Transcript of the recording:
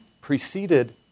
preceded